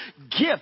gift